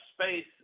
space